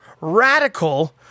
radical